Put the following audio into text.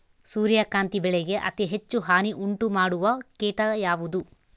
ಸೂರ್ಯಕಾಂತಿ ಬೆಳೆಗೆ ಅತೇ ಹೆಚ್ಚು ಹಾನಿ ಉಂಟು ಮಾಡುವ ಕೇಟ ಯಾವುದು?